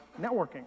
networking